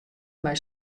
mei